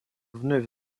вновь